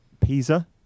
Pisa